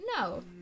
No